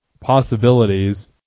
possibilities